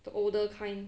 the older kind